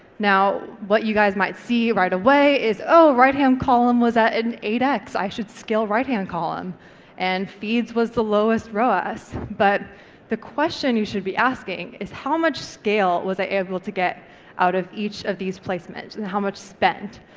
now what you guys might see right away is, oh right hand column was at an eight x, i should scale right hand column and feeds was the lowest roas. but the question you should be asking is how much scale was i able to get out of each of these placements and how much spend?